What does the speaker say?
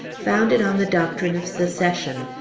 founded on the doctrine of secession,